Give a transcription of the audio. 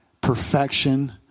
perfection